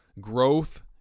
Growth